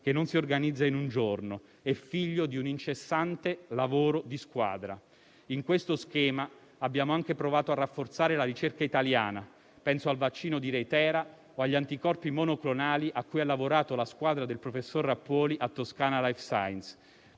che non si organizza in un giorno, è figlio di un incessante lavoro di squadra. In questo schema, abbiamo anche provato a rafforzare la ricerca italiana: penso al vaccino di ReiThera o agli anticorpi monoclonali a cui ha lavorato la squadra del professor Rappuoli a Toscana Life Science.